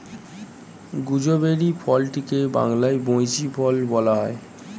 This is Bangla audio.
গুজবেরি ফলটিকে বাংলায় বৈঁচি ফল বলা হয়